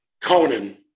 Conan